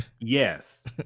Yes